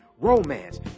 romance